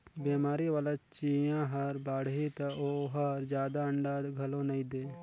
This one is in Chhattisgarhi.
बेमारी वाला चिंया हर बाड़ही त ओहर जादा अंडा घलो नई दे